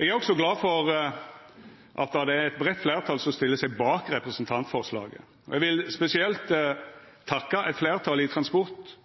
Eg er også glad for at det er eit breitt fleirtal som stiller seg bak representantforslaget. Eg vil spesielt takka eit fleirtal i transport-